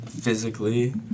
physically